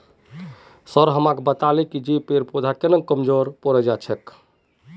sir हमाक बताले जे पेड़ पौधा केन न कमजोर पोरे जा छेक